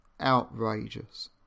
outrageous